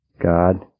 God